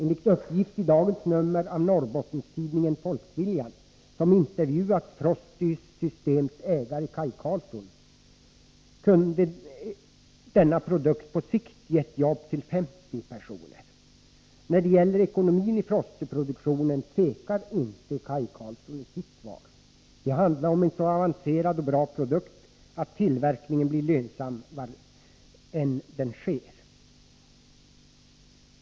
Enligt uppgift i dagens nummer av Norrbottenstidningen Folkviljan, som intervjuat Frosty Systems ägare Kaj Karlsson, kunde denna produkt på sikt ha gett jobb till 50 personer. När det gäller ekonomin i Frosty-produktionen tvekar inte Kaj Karlsson i sitt svar: Det handlar om en så avancerad och bra produkt att tillverkningen blir lönsam var än den sker.